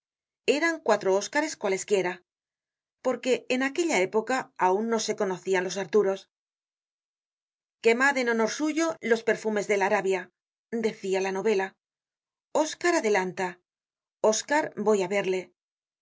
eran cuatro oscares cualesquiera porque en aquella época aun no se conocian los arturos quemad en honor suyo los perfumes de la arabia decia la novela oscar adelanta oscar voy á verle